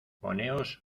poneos